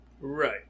Right